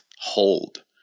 hold